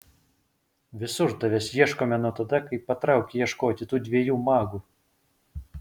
visur tavęs ieškojome nuo tada kai patraukei ieškoti tų dviejų magų